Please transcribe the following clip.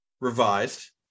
revised